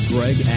Greg